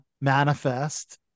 Manifest